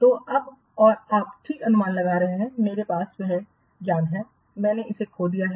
तो अब और आप ठीक अनुमान लगा रहे हैं मेरे पास अब वह ज्ञान है मैंने इसे खो दिया है